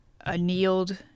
annealed